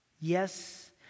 Yes